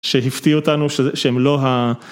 שהפתיע אותנו, שהם לא ה...